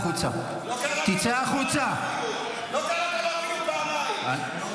-- נתניהו מסרב להרחיב את מנדט צוות המשא ומתן,